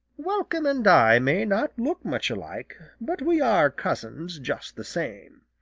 welcome and i may not look much alike, but we are cousins just the same.